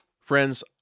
Friends